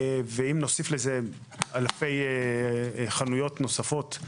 ואם נוסיף לזה אלפי חנויות נוספות,